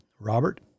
Robert